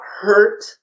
hurt